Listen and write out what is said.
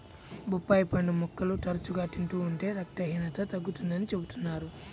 బొప్పాయి పండు ముక్కలు తరచుగా తింటూ ఉంటే రక్తహీనత తగ్గుతుందని చెబుతున్నారు